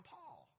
Paul